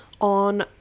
on